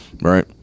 right